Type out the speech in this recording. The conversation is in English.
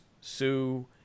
Sue